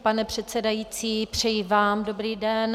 Pane předsedající, přeji vám dobrý den.